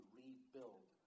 rebuild